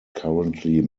currently